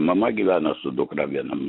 mama gyveno su dukra vienam